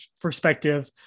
perspective